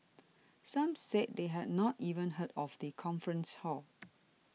some said they had not even heard of the conference hall